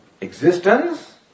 Existence